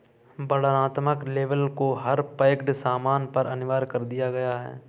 वर्णनात्मक लेबल को हर पैक्ड सामान पर अनिवार्य कर दिया गया है